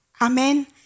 Amen